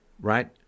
right